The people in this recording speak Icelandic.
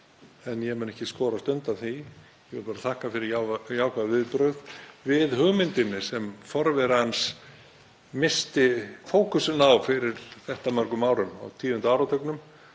en ég mun ekki skorast undan því. Ég vil bara þakka fyrir jákvæð viðbrögð við hugmyndinni sem forveri hans missti fókusinn á fyrir þetta mörgum árum, á tíunda áratugnum.